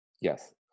yes